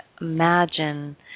imagine